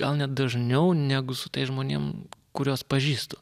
gal net dažniau negu su tais žmonėm kuriuos pažįstu